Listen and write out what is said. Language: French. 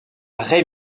rey